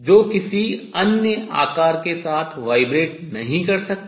जो किसी अन्य shape आकार के साथ vibrate कंपन नहीं कर सकती